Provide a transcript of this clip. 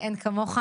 אין כמוך.